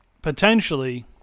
potentially